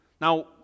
Now